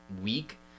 week